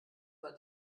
war